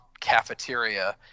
cafeteria